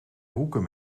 hoeken